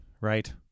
Right